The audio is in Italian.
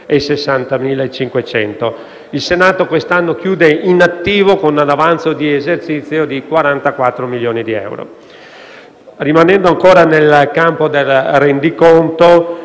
Il Senato quest'anno chiude in attivo, con un avanzo di esercizio di 44 milioni di euro.